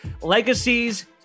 legacies